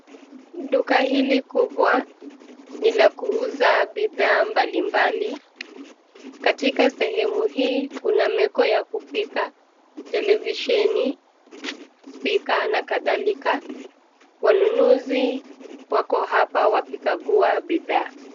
Duka hili kubwa ni la kuuza bidhaa mbalimbali, katika sehemu hii kuna meko ya kupika, televisheni, na kadhalika, wanunuzi wako hapa wakikagua bidhaa.